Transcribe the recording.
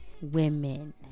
women